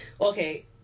okay